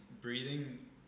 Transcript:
breathing